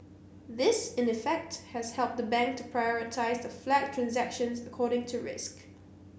this in effect has helped the bank to prioritise the flagged transactions according to risk